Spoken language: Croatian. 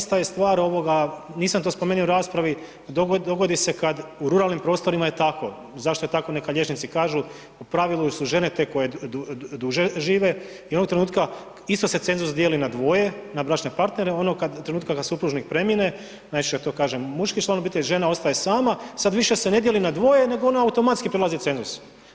Ista, ista je stvar ovoga, nisam to spomenuo u raspravi, dogodi se kad u ruralnim prostorima je tako, zašto je tako neka liječnici kažu, u pravilu su žene te koje duže žive i onog trenutka isto se cenzus dijeli na dvoje, na bračne partnere onoga trenutka kad supružnik premine, najčešće je to kažem muški član obitelji, žena ostaje sama, sad više se ne dijeli na dvoje nego ona automatski prelazi cenzus.